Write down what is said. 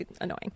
annoying